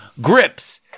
grips